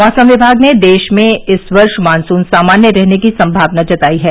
मौसम विभाग ने देश में इस वर्ष मानसून सामान्य रहने की सम्भावना जताई है